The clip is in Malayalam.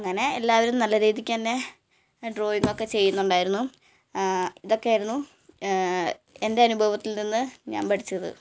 അങ്ങനെ എല്ലാവരും നല്ല രീതിക്ക് തന്നെ ഡ്രോയിങ്ങ് ഒക്കെ ചെയ്യുന്നുണ്ടായിരുന്നു ഇതൊക്കെ ആയിരുന്നു എന്റെ അനുഭവത്തിൽ നിന്ന് ഞാൻ പഠിച്ചത്